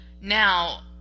Now